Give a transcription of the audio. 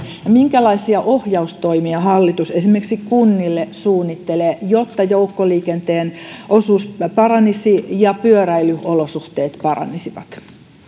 ja minkälaisia ohjaustoimia hallitus esimerkiksi kunnille suunnittelee jotta joukkoliikenteen osuus paranisi ja pyöräilyolosuhteet paranisivat